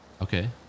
Okay